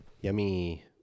Yummy